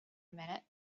minute